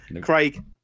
Craig